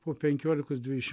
po penkiolikos dvidešimt